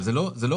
זה לא ענישה.